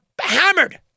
hammered